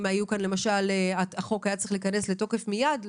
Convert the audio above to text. אם למשל החוק היה צריך להיכנס לתוקף מיד,